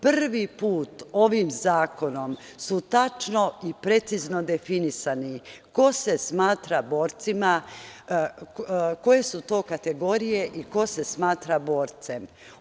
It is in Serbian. Prvi put ovim zakonom je tačno i precizno definisano ko se smatra borcima, koje su to kategorije i ko se smatra borcem.